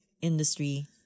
industry